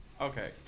Okay